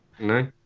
No